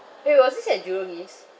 !hey! was this at jurong east